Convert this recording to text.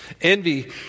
Envy